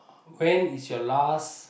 when is your last